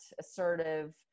assertive